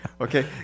Okay